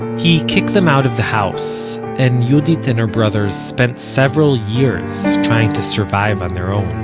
he kicked them out of the house, and yehudit and her brothers spent several years trying to survive on their own.